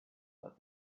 there